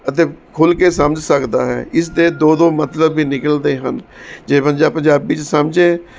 ਅਤੇ ਖੁੱਲ੍ਹ ਕੇ ਸਮਝ ਸਕਦਾ ਹੈ ਇਸਦੇ ਦੋ ਦੋ ਮਤਲਬ ਵੀ ਨਿਕਲਦੇ ਹਨ ਜੇ ਬੰਦਾ ਪੰਜਾਬੀ 'ਚ ਸਮਝੇ